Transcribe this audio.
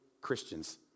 Christians